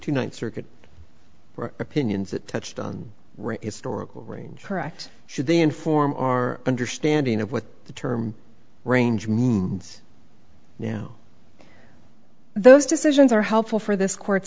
tonight circuit opinions that touched on historical range correct should they inform our understanding of what the term range means now those decisions are helpful for this court